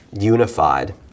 unified